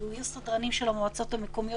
יהיו סדרנים של המועצות המקומיות.